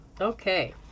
okay